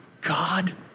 God